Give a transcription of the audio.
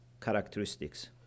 characteristics